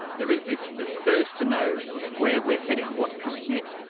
there is this this thirst to know where we're heading, what's coming next?